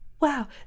Wow